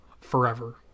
forever